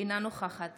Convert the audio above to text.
אינה נוכחת